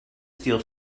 steal